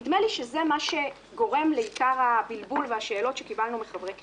נדמה לי שזה מה שגורם לעיקר הבלבול והשאלות שקיבלנו מחברי הכנסת.